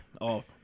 off